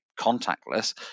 contactless